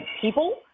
people